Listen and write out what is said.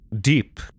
deep